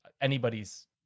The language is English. anybody's